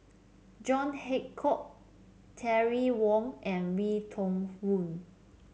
John Hitchcock Terry Wong and Wee Toon